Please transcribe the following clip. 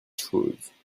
choses